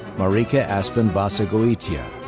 marika aspen basagoitia,